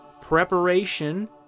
Preparation